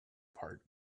part